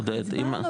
עודד --- לא,